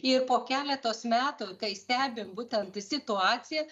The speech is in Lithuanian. ir po keletos metų tai stebim būtent situaciją